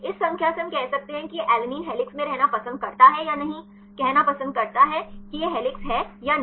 इस संख्या से हम कह सकते हैं कि यह अलैनिन हेलिक्स में रहना पसंद करता है या नहीं कहना पसंद करता है कि यह हेलिक्स है या नहीं